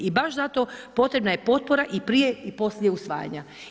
I baš zato potrebna je potreba i prije i poslije usvajanja.